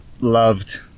loved